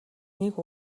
нэг